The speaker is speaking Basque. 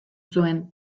zuen